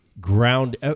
ground